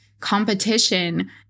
competition